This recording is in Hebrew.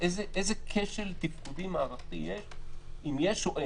איזה כשל תפקודי מערכתי יש, אם יש או אין.